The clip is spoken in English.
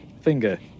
finger